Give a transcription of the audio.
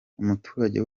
umuturage